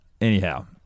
Anyhow